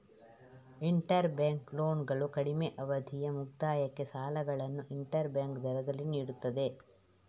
inter bank ಲೋನ್ಗಳು ಕಡಿಮೆ ಅವಧಿಯ ಮುಕ್ತಾಯಕ್ಕೆ ಸಾಲಗಳನ್ನು ಇಂಟರ್ ಬ್ಯಾಂಕ್ ದರದಲ್ಲಿ ನೀಡುತ್ತದೆ